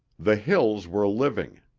the hills were living.